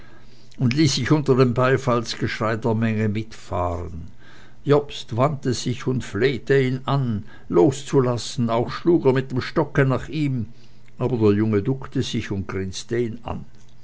und ließ sich unter dem beifallsgeschrei der menge mitfahren jobst wandte sich und flehte ihn an loszulassen auch schlug er mit dem stocke nach ihm aber der junge duckte sich und grinste ihn an